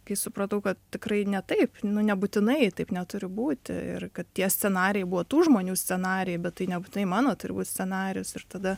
kai supratau kad tikrai ne taip nebūtinai taip neturi būti ir kad tie scenarijai buvo tų žmonių scenarijai bet tai nebūtinai mano turi būt scenarijus ir tada